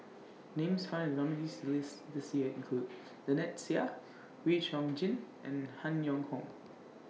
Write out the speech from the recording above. Names found in The nominees' list This Year include Lynnette Seah Wee Chong Jin and Han Yong Hong